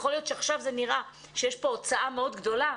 יכול להיות שעכשיו זה נראה שיש פה הוצאה מאוד גדולה,